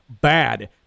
bad